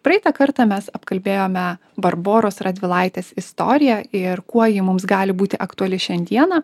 praeitą kartą mes apkalbėjome barboros radvilaitės istoriją ir kuo ji mums gali būti aktuali šiandieną